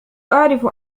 أعرف